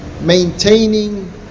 maintaining